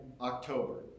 October